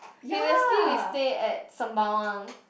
previously we stay at Sembawang